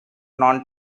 non